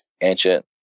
ancient